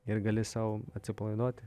ir gali sau atsipalaiduoti